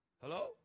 Hello